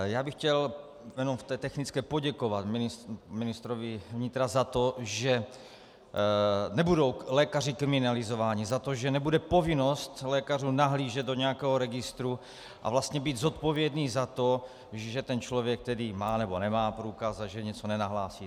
Já bych chtěl jenom v technické poděkovat ministrovi vnitra za to, že nebudou lékaři kriminalizováni, za to, že nebude povinnost lékařů nahlížet do nějakého registru a vlastně být zodpovědní za to, že ten člověk má nebo nemá průkaz a že něco nenahlásil.